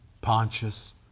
Pontius